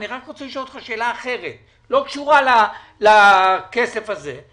אני רק רוצה לשאול אותו שאלה אחרת שלא קשורה לכסף הזה,